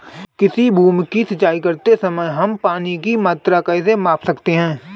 किसी भूमि की सिंचाई करते समय हम पानी की मात्रा कैसे माप सकते हैं?